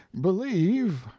believe